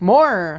More